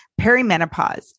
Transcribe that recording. perimenopause